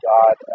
God